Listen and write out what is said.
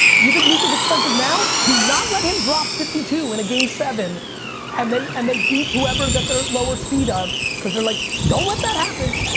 you think luka's expensive now? do not let him drop fifty two in a game seven and they and they beat whoever that they're lower seed of cause they're like, don't let that happen!